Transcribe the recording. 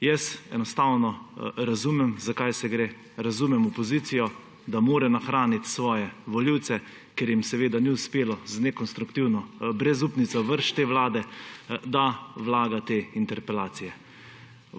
Jaz enostavno razumem, za kaj gre, razumem opozicijo, da mora nahraniti svoje volivce, ker jim ni uspelo z nekonstruktivno brezupnico vreči te vlade, da vlagate interpelacije.